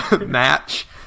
match